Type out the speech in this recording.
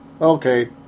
Okay